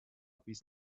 bis